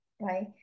right